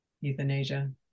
euthanasia